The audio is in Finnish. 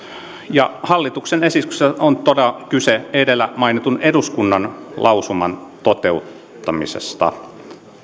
hallituksen esityksessä on todella kyse edellä mainitun eduskunnan lausuman toteuttamisesta